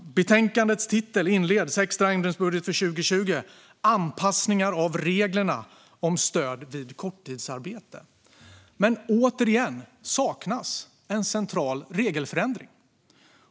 Betänkandets titel inleds med orden "Extra ändringsbudget för 2020 - Anpassningar av reglerna om stöd vid korttidsarbete". Men återigen saknas en central regelförändring.